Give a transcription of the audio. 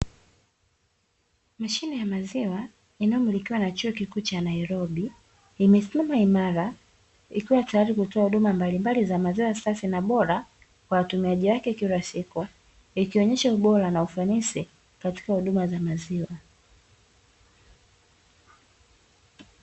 Mashine ya maziwa inayomilikiwa na chuo kikuu cha nairobi, imesimama imara ikiwa tayari kutoa huduma mbalimbali za maziwa safi na bora, kwa watumiaji wake wa kila siku ikionesha ubora na ufanisi katika huduma za maziwa.